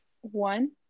One